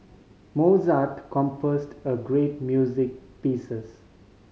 Mozart composed great music pieces